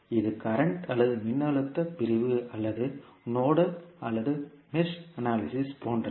எனவே இது தற்போதைய அல்லது மின்னழுத்த பிரிவு அல்லது நோடல் அல்லது மெஷ் அனாலிசிஸ் போன்றது